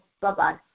Bye-bye